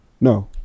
No